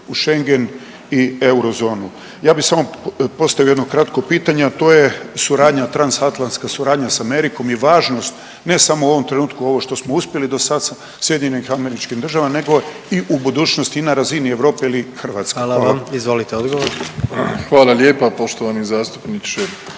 u Schengen i eurozonu. Ja bih samo postavio jedno kratko pitanje, a to je suradnja trans atlantska suradnja sa Amerikom i važnost ne samo u ovom trenutku ovo što smo uspjeli do sad sa SAD-om nego i u budućnosti i na razini Europe ili Hrvatske. Hvala. **Jandroković, Gordan (HDZ)**